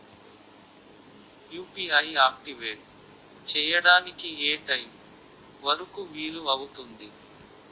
UPI activate చెయ్యడానికి ఏ time వరుకు వీలు అవుతుంది?